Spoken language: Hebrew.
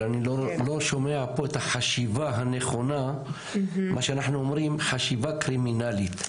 אבל אני לא שומע פה את החשיבה הנכונה מה שאנחנו אומרים חשיבה קרימינלית,